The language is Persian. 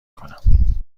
کنم